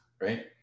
right